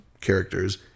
characters